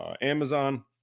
Amazon